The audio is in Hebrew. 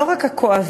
לא רק הכואבים,